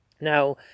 Now